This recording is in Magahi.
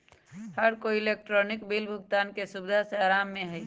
हर कोई इलेक्ट्रॉनिक बिल भुगतान के सुविधा से आराम में हई